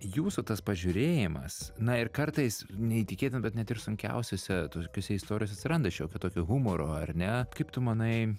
jūsų tas pažiūrėjimas na ir kartais neįtikėtina bet net ir sunkiausiose tokiose istorijos atsiranda šiokio tokio humoro ar ne kaip tu manai